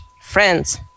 friends